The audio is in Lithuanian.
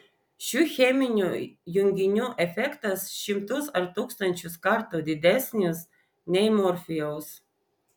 šių cheminių junginių efektas šimtus ar tūkstančius kartų didesnis nei morfijaus